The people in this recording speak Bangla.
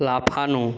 লাফানো